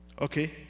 okay